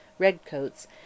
Redcoats